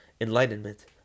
enlightenment